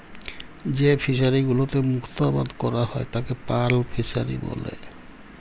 যেই ফিশারি গুলোতে মুক্ত আবাদ ক্যরা হ্যয় তাকে পার্ল ফিসারী ব্যলে